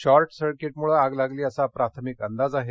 short सर्किटमुळे आग लागली असा प्राथमिक अंदाज आहे